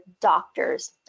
doctors